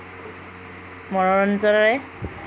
মনোৰঞ্জনেৰে